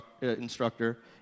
instructor